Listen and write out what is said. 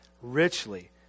richly